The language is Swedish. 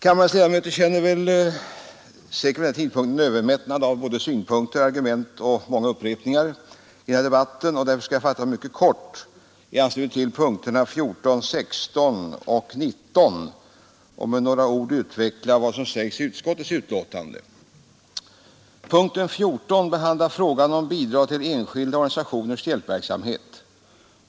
Kammarens ledamöter känner säkert vid denna tidpunkt en övermättnad av såväl synpunkter som argument och många upprepningar i denna debatt. Därför skall jag fatta mig mycket kort i anslutning till punkterna 14, 16 och 19 och med några ord utveckla vad som sägs i utskottets betänkande. Punkten 14 behandlar frågan om bidrag till enskilda organisationers hjälpverksamhet.